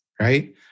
right